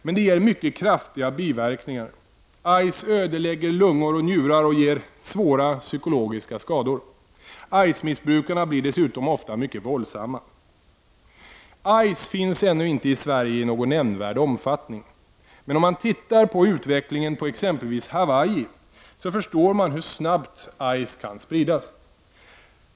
Men det ger mycket kraftiga biverkningar. Ice ödelägger lungor och njurar och ger svåra psykiska skador. Ice-missbrukarna blir dessutom ofta mycket våldsamma. Ice finns ännu inte i Sverige i någon nämnvärd omfattning. Men om man tittar på utvecklingen på exempelvis Hawaii, förstår man hur snabbt Ice kan spridas.